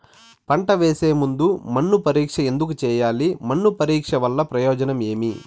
పంట వేసే ముందు మన్ను పరీక్ష ఎందుకు చేయాలి? మన్ను పరీక్ష వల్ల ప్రయోజనం ఏమి?